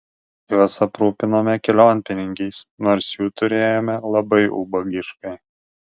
juos aprūpinome kelionpinigiais nors jų turėjome labai ubagiškai